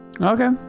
Okay